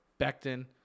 Becton